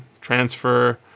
transfer